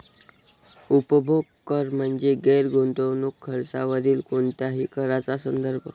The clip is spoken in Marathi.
उपभोग कर म्हणजे गैर गुंतवणूक खर्चावरील कोणत्याही कराचा संदर्भ